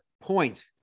point